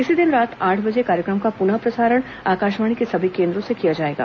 इसी दिन रात आठ बजे कार्यक्रम का पुनः प्रसारण आकाशवाणी के सभी केन्द्रों से किया जाएगा